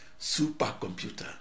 supercomputer